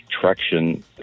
traction